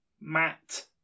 Matt